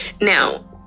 Now